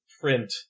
print